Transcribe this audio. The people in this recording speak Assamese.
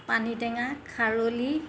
পানীটেঙা খাৰলি